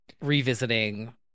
revisiting